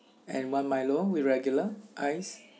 and one milo with regular ice